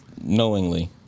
knowingly